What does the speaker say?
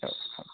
औ औ